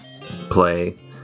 play